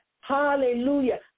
Hallelujah